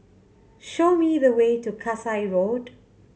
show me the way to Kasai Road